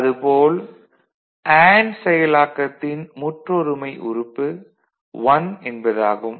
அது போல் அண்டு செயலாக்கத்தின் முற்றொருமை உறுப்பு 1 என்பதாகும்